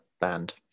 band